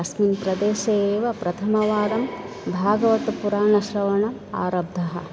अस्मिन् प्रदेशे एव प्रथमवारं भागवतपुराणश्रवणम् आरब्धं